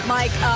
Mike